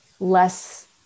less